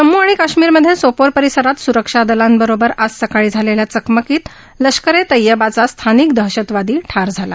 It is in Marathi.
जम्मू आणि काश्मिरमधे सोपोर परिसरात सुरक्षा दलांबरोबर आज सकाळी झालेल्या चकमकीत लष्करे तैयबाचा स्थानिक दहशतवादी ठार झाला